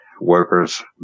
workers